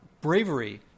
bravery